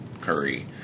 curry